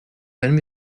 wenn